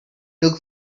took